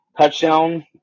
touchdown